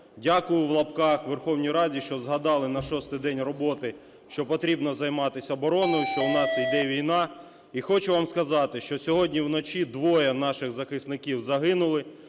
"Дякую" (в лапках) Верховній Раді, що згадали на шостий день роботи, що потрібно займатися обороною, що у нас йде війна. І хочу вам сказати, що сьогодні вночі двоє наших захисників загинули